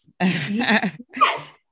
yes